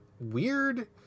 weird